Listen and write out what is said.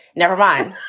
never mind,